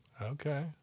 Okay